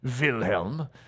Wilhelm